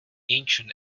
ancient